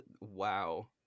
wow